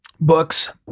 Books